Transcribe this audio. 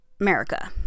America